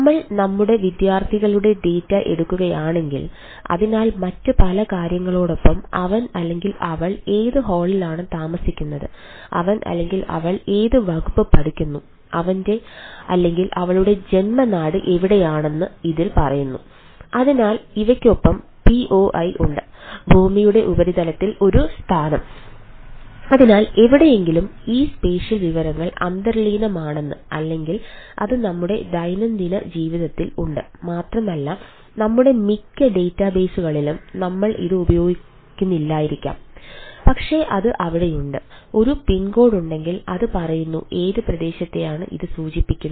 നമ്മൾ ഞങ്ങളുടെ വിദ്യാർത്ഥികളുടെ ഡാറ്റ ഉണ്ടെങ്കിൽ അത് പറയുന്നു ഏത് പ്രദേശത്തെയാണ് ഇത് സൂചിപ്പിക്കുന്നത്